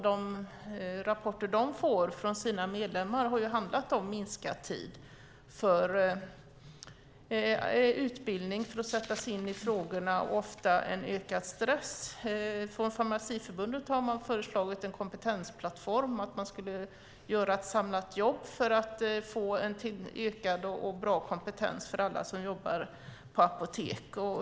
De rapporter de fått från sina medlemmar har handlat om minskad tid för utbildning och för att sätta sig in i frågorna och ofta om en ökad stress. Farmaciförbundet har föreslagit en kompetensplattform, att man skulle göra ett samlat jobb för att få en ökad och bra kompetens för alla som jobbar på apotek.